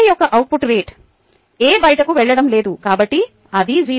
A యొక్క output rate A బయటకు వెళ్ళడం లేదు కాబట్టి అది 0